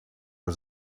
was